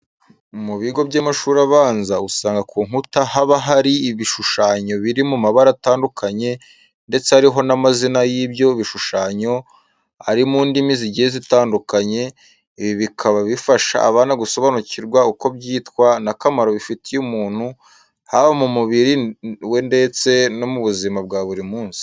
Mu bigo by'amashuri abanza, usanga ku nkuta haba hari ibishushanyo biri mu mabara atandukanye ndetse hariho n'amazina y'ibyo bishushanyo ari mu ndimi zigiye zitandukanye, ibi bikaba bifasha abana gusobanukirwa uko byitwa n'akamaro bifitiye umuntu haba mu mubiri we ndese no mu buzima bwa buri munsi.